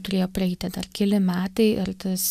turėjo praeiti dar keli metai ir tas